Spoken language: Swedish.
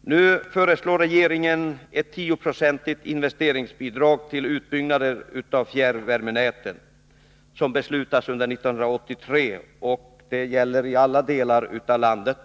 Nu föreslår regeringen ett tioprocentigt investeringsbidrag till sådana utbyggnader av fjärrvärmenäten som beslutas under 1983. Det gäller alla delar av landet.